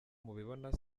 mubibona